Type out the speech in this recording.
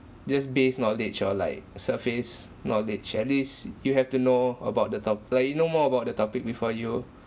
just base knowledge or like surface knowledge at least you have to know about the top~ like you know more about the topic before you